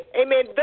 amen